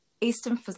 Eastern